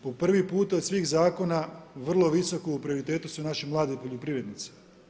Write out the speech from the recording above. Po prvi puta, od svih zakona, vrlo visoko po prioritetu su naši mladi poljoprivrednici.